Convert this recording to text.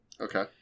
Okay